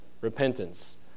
repentance